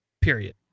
period